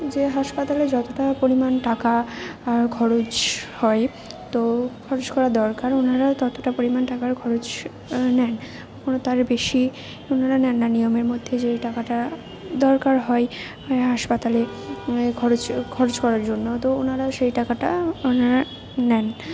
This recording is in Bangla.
যে হাসপাতালে যতটা পরিমাণ টাকা খরচ হয় তো খোঁজ করা দরকার ওনারা ততটা পরিমাণ টাকার খরচ নেন তার বেশি ওনারা নেন না নিয়মের মধ্যে যে টাকাটা দরকার হয় ওই হাসপাতালে খরচ করার জন্য তো ওনারা সেই টাকাটা ওনারা নেন